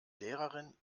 lehrerin